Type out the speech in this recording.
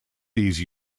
these